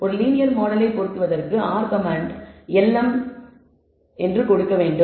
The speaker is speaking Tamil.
ஒரு லீனியர் மாடலை பொருத்துவதற்கான R கமாண்ட் lm ஆகும்